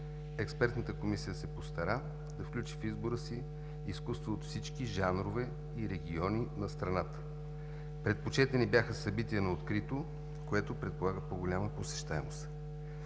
Експертната комисия се постара да включи в избора си изкуства от всички жанрове и региони на страната. Предпочетени бяха събития на открито, което предполага по-голяма посещаемост.